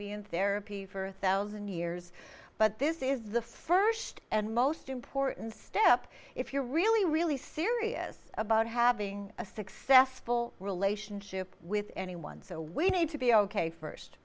be in therapy for a thousand years but this is the first and most important step if you're really really serious about having a successful relationship with anyone so we need to be ok first